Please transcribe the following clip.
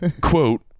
quote